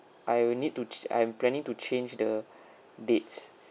I will need to ch~ I'm planning to change the dates